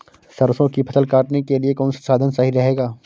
सरसो की फसल काटने के लिए कौन सा साधन सही रहेगा?